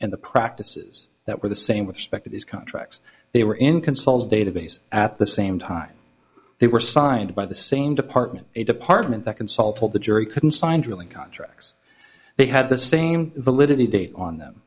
and the practices that were the same with spector these contracts they were in consulted database at the same time they were signed by the same department a department that consulted the jury couldn't sign drilling contracts they had the same validity date on them